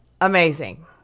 Amazing